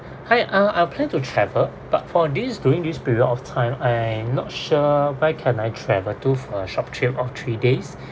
hi uh I plan to travel but for these during this period of time I not sure where can I travel to for a short trip of three days